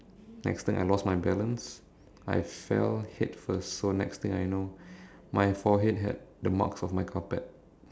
next thing I lost my balance I fell head first so next thing I know my forehead had the marks of my carpet